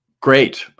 Great